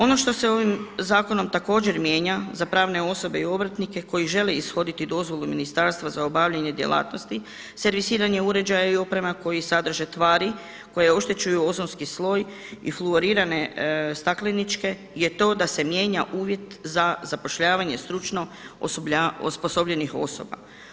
Ono što se ovim zakonom također mijenja za pravne osobe i obrtnike koji žele ishoditi dozvolu ministarstva za obavljanje djelatnosti, servisiranja uređaja i oprema koji sadrže tvari koje oštećuju ozonski sloj i fluorirane stakleničke je to da se mijenja uvjet za zapošljavanje stručno osposobljenih osoba.